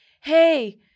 hey